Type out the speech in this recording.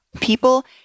people